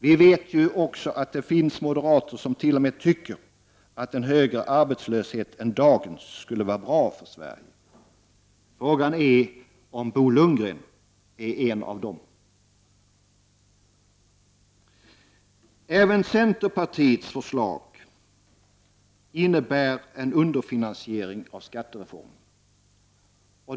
Vi vet ju att det finns moderater som t.o.m. tycker att en högre arbetslöshet än dagens skulle vara bra för Sverige. Frågan är om Bo Lundgren är en av dem. Även centerpartiets förslag innebär en underfinansiering av skattereformen.